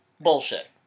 Bullshit